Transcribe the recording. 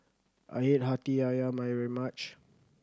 I hate Hati Ayam very much